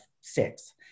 six